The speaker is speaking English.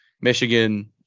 Michigan